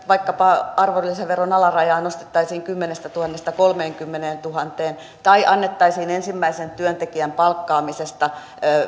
vaikkapa arvonlisäveron alarajaa nostettaisiin kymmenestätuhannesta kolmeenkymmeneentuhanteen tai annettaisiin ensimmäisen työntekijän palkkaamisesta